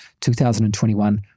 2021